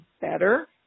better